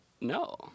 No